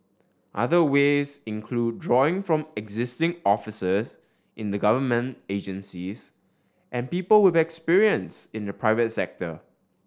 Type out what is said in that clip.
other ways include drawing from existing officers in the government agencies and people with experience in the private sector